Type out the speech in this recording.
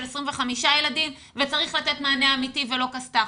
25 ילדים וצריך לתת מענה אמיתי ולא כסת"ח.